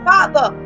Father